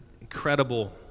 incredible